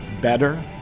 better